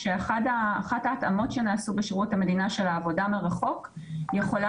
שאחת ההתאמות שנעשו בשירות המדינה של העבודה מרחוק יכולה